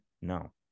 no